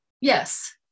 yes